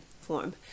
form